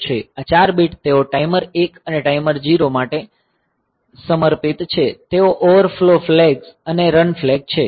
આ ચાર બીટ તેઓ ટાઈમર 1 અને ટાઈમર0 માટે સમર્પિત છે તેઓ ઓવરફ્લો ફ્લેગ્સ અને રન ફ્લેગ છે